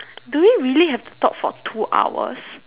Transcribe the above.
do we really have to talk for two hours